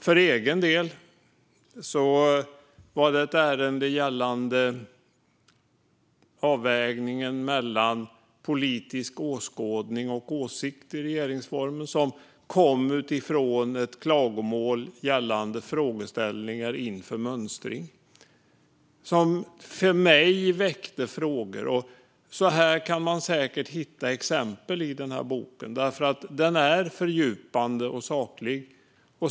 För egen del var det ett ärende gällande avvägningen mellan politisk åskådning och åsikt i regeringsformen som kom utifrån ett klagomål gällande frågeställningar inför mönstring. Det väckte frågor för mig. Man kan säkert hitta andra exempel i boken. Den är fördjupande och saklig.